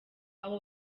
abo